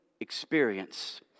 experience